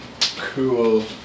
cool